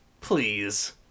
Please